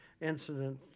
incident